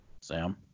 Sam